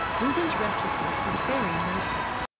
reuben's restlessness was very noticeable.